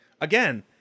again